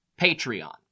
Patreon